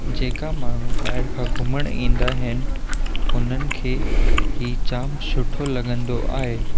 जेका माण्हू ॿाहिरि खां घुमण ईंदा आहिनि उन्हनि खे ही जाम सुठो लॻंदो आहे